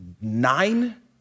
nine